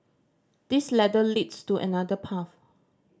this ladder leads to another path